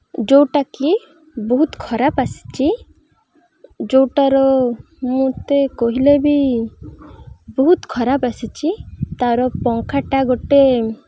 ଯେଉଁଟାକି ବହୁତ ଖରାପ ଆସିଛି ଯେଉଁଟାର ମୋତେ କହିଲେ ବି ବହୁତ ଖରାପ ଆସିଛି ତା'ର ପଙ୍ଖାଟା ଗୋଟେ